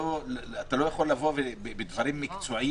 זה לא אומר שהמקומות האלה לא ייסגרו בשום מקרה.